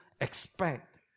expect